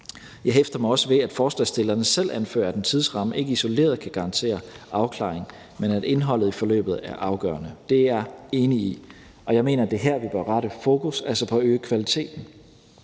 Jeg hæfter mig også ved, at forslagsstillerne selv anfører, at en tidsramme ikke isoleret kan garantere afklaring, men at indholdet i forløbet er afgørende. Det er jeg enig i, og jeg mener, det er her, vi bør rette fokus, altså på at øge kvaliteten.